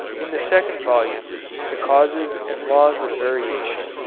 in the second volume the causes and laws of variation,